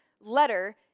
letter